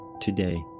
today